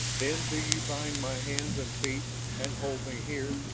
then do you bind my hands and feet and hold me here,